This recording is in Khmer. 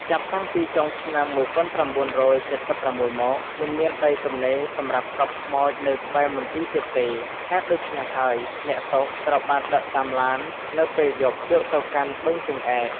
ចាប់តាំងពី ចុងឆ្នាំ១៩៧៦មក មិនមានដីទំនេរសម្រាប់កប់ខ្មោចនៅក្បែរមន្ទីរទៀតទេ ហេតុដូច្នេះហើយអ្នកទោសត្រូវបានដឹកតាមឡាន នៅពេលយប់យកទៅកាន់បឹងជើងឯក ។